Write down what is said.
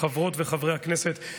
חברות וחברי הכנסת,